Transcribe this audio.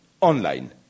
online